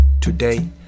today